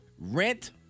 Rent